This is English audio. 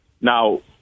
Now